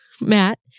Matt